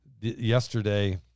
yesterday